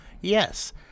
Yes